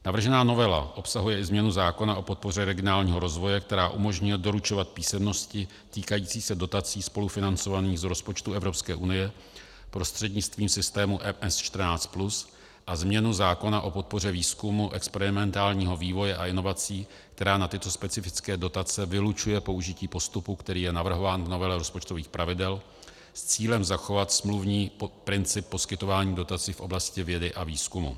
Navržená novela obsahuje i změnu zákona o podpoře regionálního rozvoje, která umožňuje doručovat písemnosti týkající se dotací spolufinancovaných z rozpočtu Evropské unie prostřednictvím systému MS14+, a změnu zákona o podpoře výzkumu, experimentálního vývoje a inovací, která na tyto specifické dotace vylučuje použití postupu, který je navrhován v novele rozpočtových pravidel, s cílem zachovat smluvní princip poskytování dotací v oblasti vědy a výzkumu.